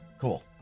Cool